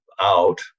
out